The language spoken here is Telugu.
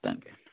థ్యాంక్ యూ అండి